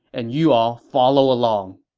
and you all follow along.